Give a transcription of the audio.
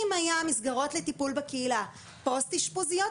אם היו מסגרות לטיפול בקהילה פוסט אשפוזיות,